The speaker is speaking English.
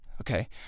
okay